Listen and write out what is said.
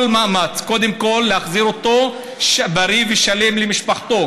מאמץ קודם כול להחזיר אותו בריא ושלם למשפחתו.